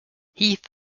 heath